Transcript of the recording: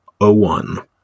01